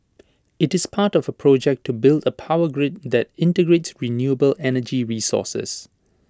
IT is part of project to build A power grid that integrates renewable energy sources